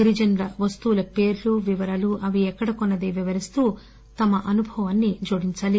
గిరిజనుల వస్తువుల పేర్లు వివరాలు అవి ఎక్కడ కొన్న ది వివరిస్తూ తమ అనుభవాన్ని జోడించాలి